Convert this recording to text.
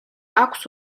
აქვს